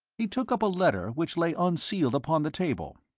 he took up a letter which lay unsealed upon the table.